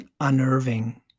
unnerving